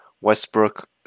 westbrook